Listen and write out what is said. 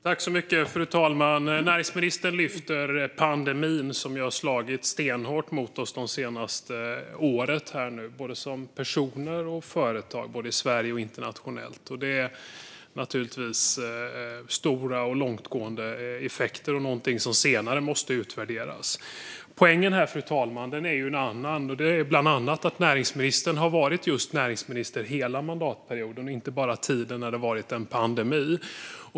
Fru talman! Näringsministern lyfter pandemin, som ju har slagit stenhårt det senaste året mot oss både som personer och företag och både i Sverige och internationellt. Det handlar naturligtvis om stora och långtgående effekter, som senare måste utvärderas. Poängen här, fru talman, är en annan, bland annat att näringsministern har varit näringsminister hela mandatperioden och inte bara under den tid då det pågått en pandemi.